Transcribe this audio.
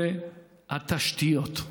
זה התשתיות.